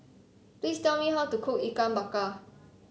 please tell me how to cook Ikan Bakar